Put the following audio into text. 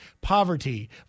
poverty